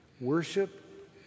worship